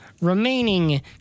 remaining